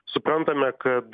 suprantame kad